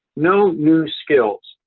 no new skills.